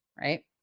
right